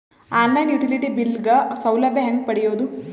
On line utility bill ಗ ಸೌಲಭ್ಯ ಹೇಂಗ ಪಡೆಯೋದು?